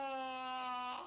oh